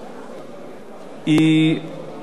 והיא קבעה,